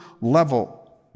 level